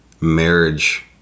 marriage